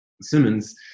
Simmons